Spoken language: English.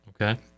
okay